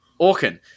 Orkin